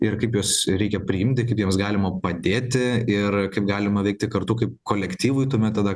ir kaip juos reikia priimti kaip jiems galima padėti ir kaip galima veikti kartu kaip kolektyvui tuomet tada